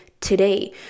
today